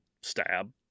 stab